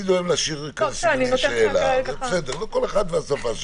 כל אחד והשפה שלו.